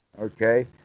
okay